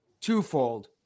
twofold